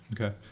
Okay